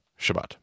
Shabbat